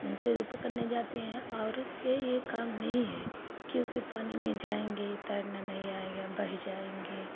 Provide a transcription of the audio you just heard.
मनसे जो पकड़ने जाते हैं औरत का यह काम नहीं है क्योंकि पानी में जाएँगे तैरना नहीं आएगा बह जाएँगे